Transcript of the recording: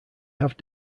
have